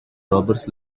robbers